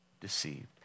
deceived